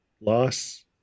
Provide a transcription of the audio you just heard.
loss